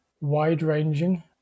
wide-ranging